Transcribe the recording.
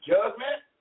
Judgment